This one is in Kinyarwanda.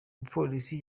mupolisi